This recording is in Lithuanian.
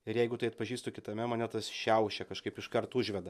ir jeigu tai atpažįstu kitame mane tas šiaušia kažkaip iškart užveda